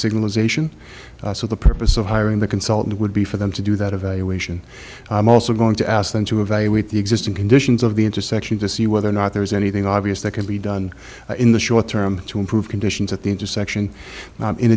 signal ization so the purpose of hiring the consultant would be for them to do that evaluation i'm also going to ask them to evaluate the existing conditions of the section to see whether or not there is anything obvious that can be done in the short term to improve conditions at the intersection in